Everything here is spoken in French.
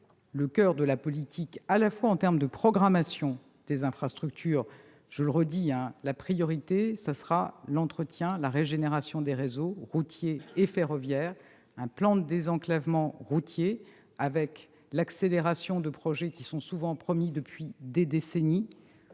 Le coeur de la politique en termes de programmation des infrastructures sera en priorité, je le redis, l'entretien, la régénération des réseaux routiers et ferroviaires et un plan de désenclavement routier avec l'accélération de projets qui sont souvent promis depuis des décennies-